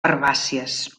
herbàcies